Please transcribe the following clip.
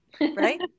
Right